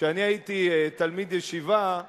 כשאני הייתי תלמיד ישיבה,